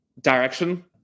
direction